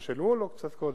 בחודש אלול או קצת קודם?